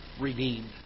redeemed